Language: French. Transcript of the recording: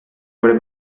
vois